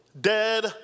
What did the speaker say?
dead